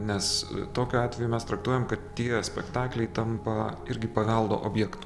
nes tokiu atveju mes traktuojam kad tie spektakliai tampa irgi paveldo objektu